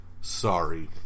Sorry